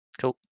Cool